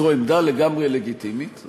זו עמדה לגמרי לגיטימית,